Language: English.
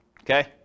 Okay